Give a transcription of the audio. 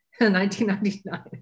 1999